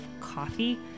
Coffee